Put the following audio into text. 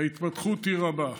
ההתפתחות היא רבה.